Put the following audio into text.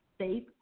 safe